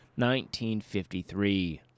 1953